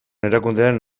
erakundearen